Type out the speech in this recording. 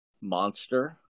monster